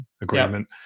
agreement